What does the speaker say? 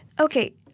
Okay